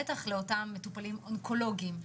בטח לאותם מטופלים אונקולוגיים.